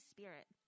Spirit